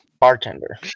Bartender